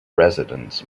residents